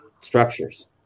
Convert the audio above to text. structures